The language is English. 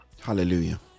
Hallelujah